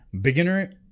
Beginner